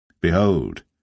Behold